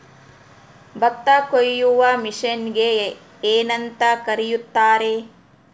ಭತ್ತ ಕೊಯ್ಯುವ ಮಿಷನ್ನಿಗೆ ಏನಂತ ಕರೆಯುತ್ತಾರೆ?